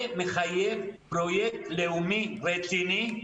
זה מחייב פרויקט לאומי רציני,